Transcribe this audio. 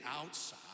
outside